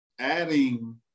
adding